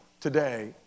today